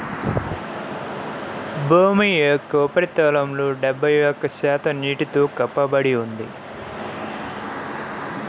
భూమి యొక్క ఉపరితలంలో డెబ్బై ఒక్క శాతం నీటితో కప్పబడి ఉంది